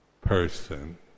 person